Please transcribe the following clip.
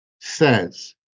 says